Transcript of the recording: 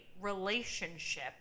relationship